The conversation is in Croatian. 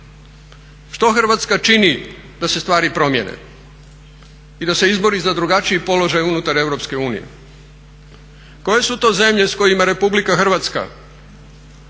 što Hrvatska čini da se stvari promijene i da se izbori za drugačiji položaj unutar EU? Koje su to zemlje s kojima RH razmatra